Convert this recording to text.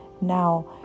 Now